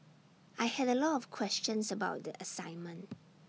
I had A lot of questions about the assignment